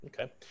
Okay